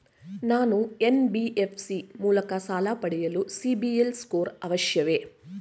ನಾನು ಎನ್.ಬಿ.ಎಫ್.ಸಿ ಮೂಲಕ ಸಾಲ ಪಡೆಯಲು ಸಿಬಿಲ್ ಸ್ಕೋರ್ ಅವಶ್ಯವೇ?